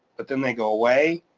but then they go away,